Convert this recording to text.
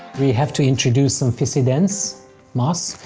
we have to introduce some fissidens moss.